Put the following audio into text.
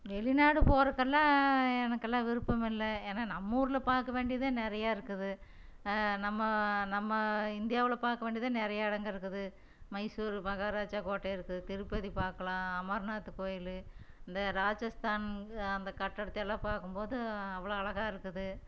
வெளிநாடு போறதுக்கெல்லாம் எனக்கெல்லாம் விருப்பம் இல்லை ஏன்னா நம்மூரில் பார்க்க வேண்டியதே நிறையா இருக்குது நம்ம நம்ம இந்தியாவில் பார்க்க வேண்டியதே நிறையா இடங்க இருக்குது மைசூர் மகாராஜா கோட்டை இருக்குது திருப்பதி பார்க்குலாம் அமர்நாத் கோயில் இந்த ராஜஸ்தான் அந்த கட்டிடத்தையெல்லாம் பார்க்கும்போது அவ்வளோ அழகாக இருக்குது